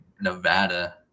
Nevada